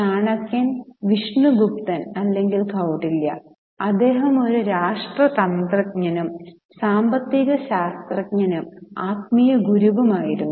ചാണക്യൻ വിഷ്ണുഗുപ്തൻ അല്ലെങ്കിൽ കൌടില്യ അദ്ദേഹം ഒരു രാഷ്ട്രതന്ത്രജ്ഞനും സാമ്പത്തിക ശാസ്ത്രജ്ഞനും ആത്മീയ ഗുരുവും ആയിരുന്നു